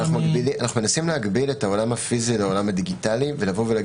אנחנו מנסים להקביל את העולם הפיזי לדיגיטלי ולומר: